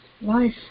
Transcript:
life